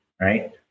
Right